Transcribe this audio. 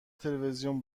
تلویزیون